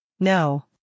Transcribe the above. No